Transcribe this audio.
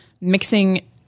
mixing